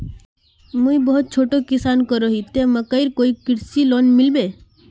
मुई बहुत छोटो किसान करोही ते मकईर कोई कृषि लोन मिलबे?